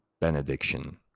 Benediction